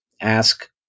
ask